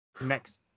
Next